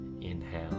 inhale